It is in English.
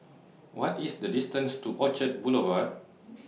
What IS The distance to Orchard Boulevard